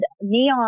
neon